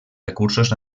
recursos